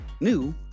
new